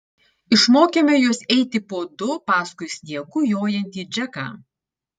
išmokėme juos eiti po du paskui sniegu jojantį džeką